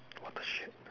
what the shit